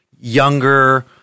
younger